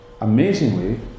Amazingly